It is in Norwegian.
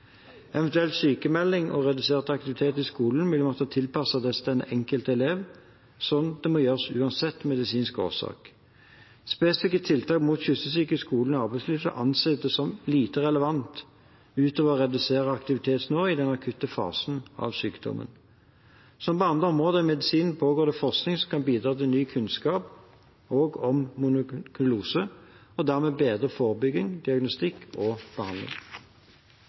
Eventuell sykmelding eller redusert aktivitet i skolen vil måtte tilpasses den enkelte elev, slik det må gjøres uansett medisinsk årsak. Spesifikke tiltak mot kyssesyke i skolen og arbeidslivet anses som lite relevant, utover å redusere aktivitetsnivået i den akutte fasen av sykdommen. Som på andre områder i medisinen pågår det forskning som kan bidra til ny kunnskap også om mononukleose, og dermed til bedre forebygging, diagnostikk og behandling.